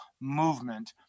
movement